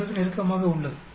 71 க்கு நெருக்கமாக உள்ளது